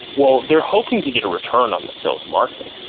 well, they're hoping to get a return on sales and marketing.